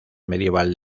medieval